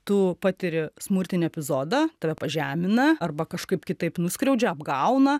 tu patiri smurtinį epizodą tave pažemina arba kažkaip kitaip nuskriaudžia apgauna